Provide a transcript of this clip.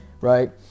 right